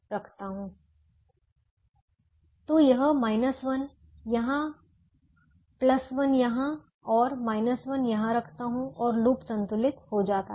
तो यह 1 यहाँ 1 यहाँ और 1 यहाँ रखता हूं और लूप संतुलित हो जाता है